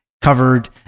covered